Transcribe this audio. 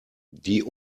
die